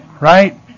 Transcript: right